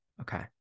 Okay